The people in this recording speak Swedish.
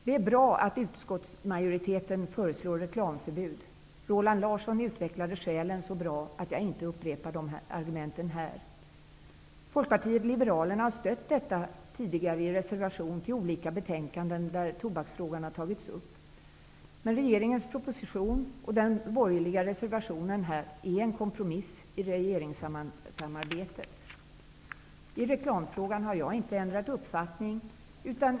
Det är bra att utskottsmajoriteten föreslår reklamförbud. Roland Larsson utvecklade argumenten så bra att jag inte kommer att upprepa dem här. Folkpartiet liberalerna har stött förslaget om reklamförbud tidigare i reservationer till olika betänkanden där tobaksfrågan tagits upp. Men regeringens proposition och den borgerliga reservationen är en kompromiss i regeringssamarbetet. Jag har inte ändrat uppfattning i reklamfrågan.